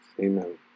Amen